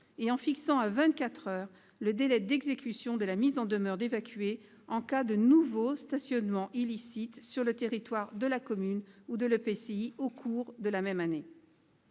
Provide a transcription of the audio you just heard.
et en fixant à vingt-quatre heures le délai d'exécution de la mise en demeure d'évacuer en cas de nouveau stationnement illicite sur le territoire de la commune ou de l'EPCI au cours de la même année.